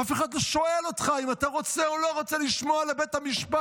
אף אחד לא שואל אותך אם אתה רוצה או לא רוצה לשמוע לבית המשפט.